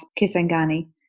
Kisangani